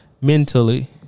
Mentally